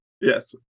Yes